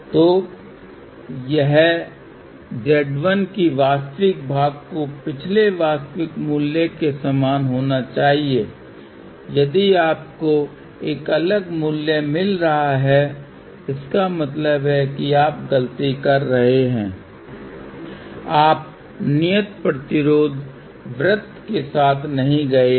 तो इस z1 की वास्तविक भाग को पिछले वास्तविक मूल्य के समान होना चाहिए यदि आपको एक अलग मूल्य मिल रहा है इसका मतलब है आप गलती कर रहे हैं आप नियत प्रतिरोध वृत्त के साथ नहीं गए हैं